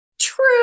True